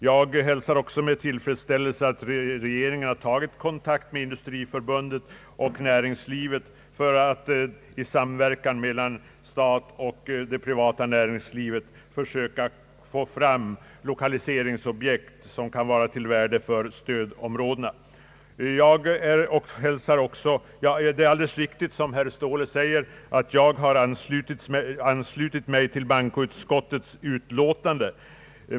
Jag hälsar med tillfredsställelse att regeringen har tagit kontakt med Industriförbundet i avsikt att i samverkan mellan stat och privat näringsliv inventera lokaliseringsobjekt som kan vara av värde för stödområdena. Det är alldeles riktigt, som herr Ståhle sä Ang. den ekonomiska politiken, m.m. ger, att jag har anslutit mig till bankoutskottets utlåtande.